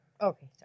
okay